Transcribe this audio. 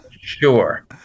sure